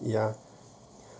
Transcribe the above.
ya